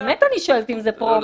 לא, באמת אני שואלת אם זה פרומו.